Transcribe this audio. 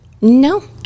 No